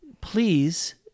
please